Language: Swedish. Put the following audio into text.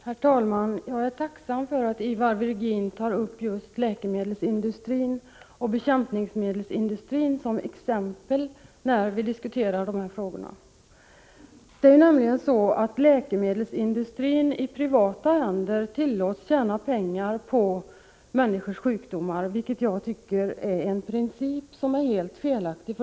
Herr talman! Jag är tacksam för att Ivar Virgin tar upp just läkemedelsindustrin och bekämpningsmedelsindustrin, när vi diskuterar de här frågorna. Det är nämligen så, att läkemedelsindustrin i privata händer tillåts tjäna pengar på människors sjukdomar, vilket jag tycker är helt felaktigt.